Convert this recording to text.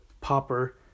Popper